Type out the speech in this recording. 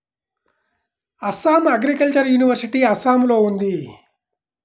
Assam agricultural university అస్సాంలో ఉంది